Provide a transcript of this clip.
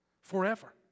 forever